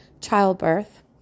childbirth